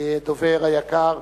הדובר היקר,